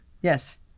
Yes